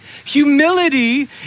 Humility